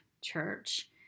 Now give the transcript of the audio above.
church